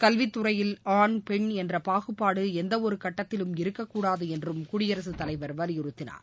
கல்வித்துறையில் ஆண் பெண் என்ற பாகுபாடு எந்தவொரு கட்டத்திலும் இருக்கக்கூடாது என்றும் குடியரகத் தலைவர் வலியுறுத்தினார்